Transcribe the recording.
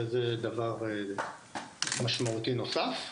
וזה דבר משמעותי נוסף.